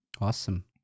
awesome